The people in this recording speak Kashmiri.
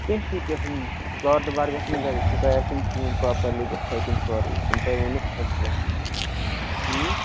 کیٚنہہ چھُنہٕ کیٚنہہ چھُنہٕ بار دُبار گژھِ نہٕ شِکایَت یِنۍ کِہیٖنۍ پرٛاپرلی گژھِ یِتھَے کَنۍ سورٕے یہِ تۄہہِ ووٚنُو تِتھَے اۭں